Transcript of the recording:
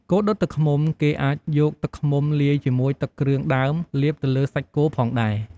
គោដុតទឹកឃ្មុំ គេអាចយកទឹកឃ្មុំលាយជាមួយទឹកគ្រឿងដើម លាបទៅសាច់គោផងដែរ។